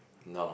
no